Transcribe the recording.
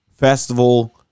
Festival